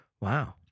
Wow